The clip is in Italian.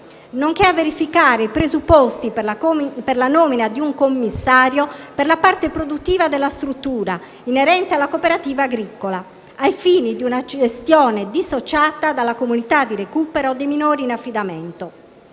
nonché a verificare i «presupposti per la nomina di un commissario per la parte produttiva della struttura «Il Forteto» inerente alla cooperativa agricola, ai fini di una gestione dissociata dalla comunità di recupero dei minori in affidamento».